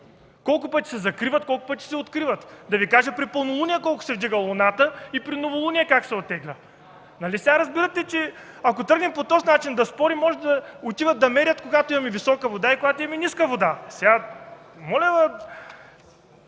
колко пъти се откриват, колко пъти се закриват, да Ви кажа при пълнолуние колко се вдига луната и при новолуние как се оттегля. Нали разбирате, че ако тръгнем по този начин да спорим, може да отидат да мерят, когато имаме висока вода и когато имаме ниска вода. Говорим